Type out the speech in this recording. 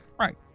right